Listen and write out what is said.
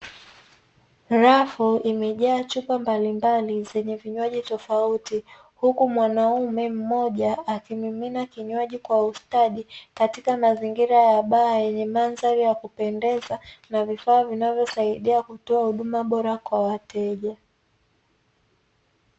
Rafu imejaa chupa mbalimbali zenye vinywaji tofauti huku mwanaume mmoja akimimina kinywaji kwa ustadi katika mazingira ya baa yenye mandhari ya kupendeza na vifaa vinavyosaidia kutoa huduma bora kwa wateja.